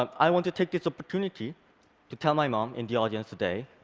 um i want to take this opportunity to tell my mom, in the audience today